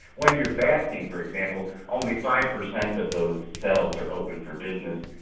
when you are fasting, for example, only five percent of those cells are open for business,